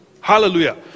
Hallelujah